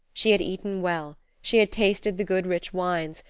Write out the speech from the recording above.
she had eaten well she had tasted the good, rich wines,